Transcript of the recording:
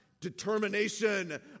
determination